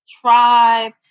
tribe